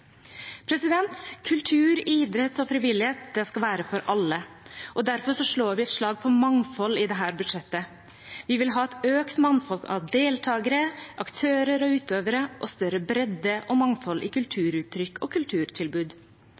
Kultur, idrett og frivillighet skal være for alle, og derfor slår vi et slag for mangfold i dette budsjettet. Vi vil ha et økt mangfold av deltakere, aktører og utøvere og større bredde og mangfold i kulturuttrykk og kulturtilbud.